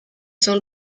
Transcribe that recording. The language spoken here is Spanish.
son